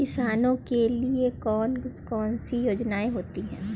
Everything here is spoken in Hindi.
किसानों के लिए कौन कौन सी योजनायें होती हैं?